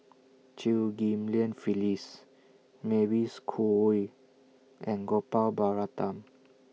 Chew Ghim Lian Phyllis Mavis Khoo Oei and Gopal Baratham